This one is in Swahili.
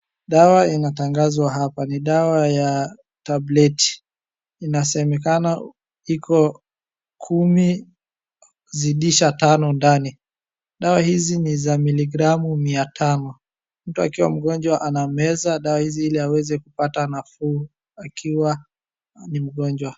Dawa inatangazwa hapa ni dawa ya tableti. Inasemekana iko kumi zidisha tano ndani. Dawa hizi ni za miligramu mia tano. Mtu akiwa mgonjwa anameza dawa hizi iliaweze kupata kupata nafuu akiwa ni mgonjwa.